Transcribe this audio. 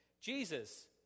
Jesus